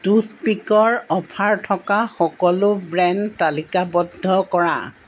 টুথপিকৰ offer থকা সকলো brand তালিকাবদ্ধ কৰা